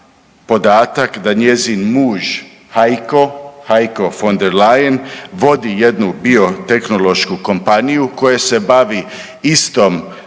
da njezin muž Heiko von der Leyen vodi jednu biotehnološku kompaniju koja se bavi istom terapijom